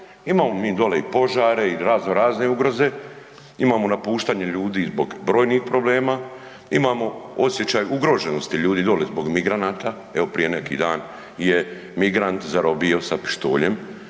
imamo mi dole i požare i razno razne ugroze, imamo napuštanje ljudi zbog brojnih problema, imamo osjećaj ugroženosti ljudi dole zbog migranata, evo prije neki dan je prije neki dan je migrant zarobio sa pištoljem